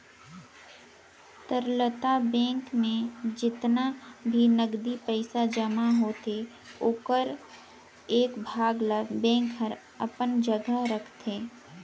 तरलता बेंक में जेतना भी नगदी पइसा जमा होथे ओखर एक भाग ल बेंक हर अपन जघा राखतें